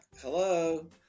hello